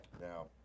Now